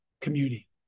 community